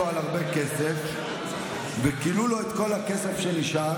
על הרבה כסף וכילו לו את כל הכסף שנשאר.